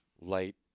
light